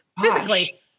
Physically